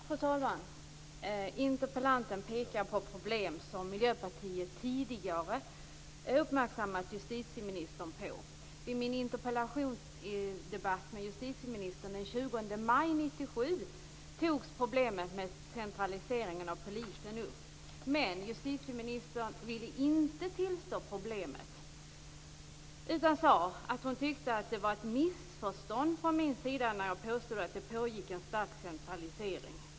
Fru talman! Interpellanten pekar på problem som Miljöpartiet tidigare har uppmärksammat justitieministern på. I min interpellationsdebatt med justitieministern den 20 maj 1997 togs problemet med centraliseringen av polisen upp. Men justitieministern vill inte tillstå problemet utan sade att det var ett missförstånd från min sida när jag påstod att det pågick en stark centralisering.